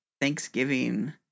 Thanksgiving